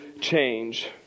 change